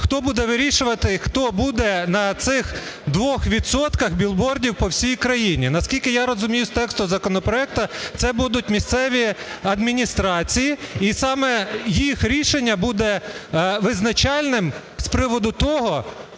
хто буде вирішувати, хто буде на цих двох відсотках білбордів по всій країні. Наскільки я розумію з тексту законопроекту, це будуть місцеві адміністрації, і саме їх рішення буде визначальним з приводу того,